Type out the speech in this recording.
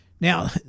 Now